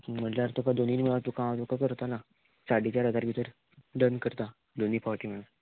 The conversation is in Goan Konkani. म्हणल्यार तुका दोनीय मेळोन तुका हांव तुका करतना साडे चार हजार भितर डन करता दोनी फावटी मेळोन